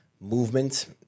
movement